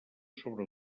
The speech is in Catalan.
sobre